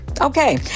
Okay